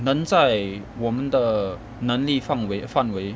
能在我们的能力范围范围